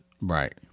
Right